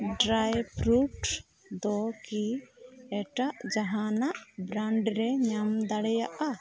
dry fruits ᱫᱚᱠᱤ ᱮᱴᱟᱜ ᱡᱟᱦᱟᱱᱟᱜ ᱵᱨᱟᱱᱰ ᱨᱮ ᱧᱟᱢ ᱫᱟᱲᱮᱭᱟᱜᱼᱟ